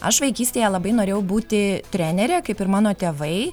aš vaikystėje labai norėjau būti trenere kaip ir mano tėvai